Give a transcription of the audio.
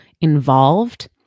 involved